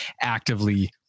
actively